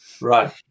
Right